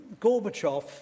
Gorbachev